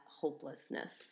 hopelessness